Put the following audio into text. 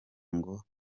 ngo